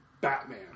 Batman